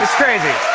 crazy.